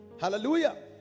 hallelujah